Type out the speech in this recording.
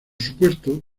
supuesto